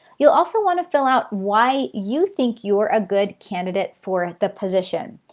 you'll also want to fill out why you think you are a good candidate for the position.